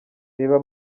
reba